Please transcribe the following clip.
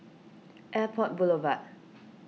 Airport Boulevard